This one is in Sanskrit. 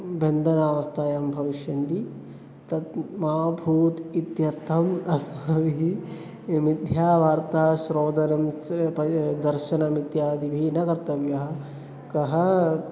वेदनावस्थायां भविष्यन्ति तत् मा भूत् इत्यर्थम् अस्माभिः मिथ्यावार्ताश्रोतनं स् पय् दर्शनम् इत्यादिभिः न कर्तव्यः कः